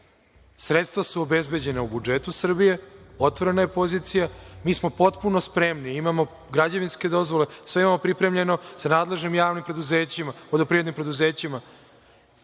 Sredstva su obezbeđena u budžetu Srbije, otvorena je pozicija. Mi smo potpuno spremni, imamo građevinske dozvole. Sve imamo pripremljeno, sa nadležnim javnim preduzećima, vodoprivrednim preduzećima